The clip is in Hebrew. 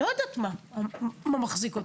לא יודעת מה מחזיק אותו,